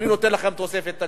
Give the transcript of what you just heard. אני נותן לכם תוספת תקציב?